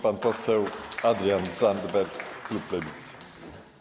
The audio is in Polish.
Pan poseł Adrian Zandberg, klub Lewicy.